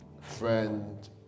Friend